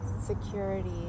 security